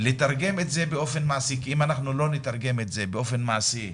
צריך לתרגם באופן מעשי,